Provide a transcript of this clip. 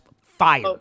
fire